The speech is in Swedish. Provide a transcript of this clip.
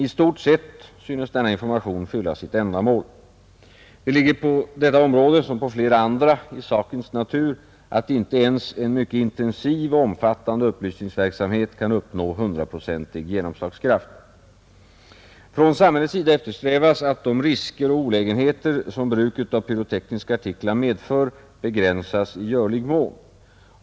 I stort sett synes denna information fylla sitt ändamål, Det ligger på detta område som på flera andra i sakens natur att inte ens en mycket intensiv och omfattande upplysningsverksamhet kan uppnå hundraprocentig genomslagskraft. Från samhällets sida eftersträvas att de risker och olägenheter som bruket av pyrotekniska artiklar medför begränsas i görlig mån.